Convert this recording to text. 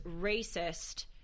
racist